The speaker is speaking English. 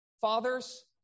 Fathers